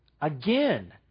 Again